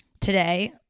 today